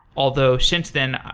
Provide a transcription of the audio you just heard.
although, since then,